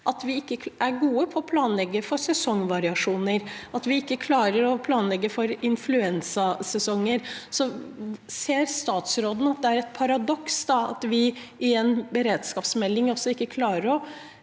at vi ikke er gode på å planlegge for sesongvariasjoner, at vi ikke klarer å planlegge for influensasesonger. Ser statsråden at det er et paradoks at vi i en beredskapsmelding ikke klarer å